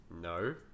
No